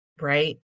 right